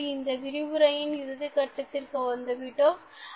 எனவே இந்த விரிவுரையின் இறுதி கட்டத்திற்கு வந்து விட்டோம்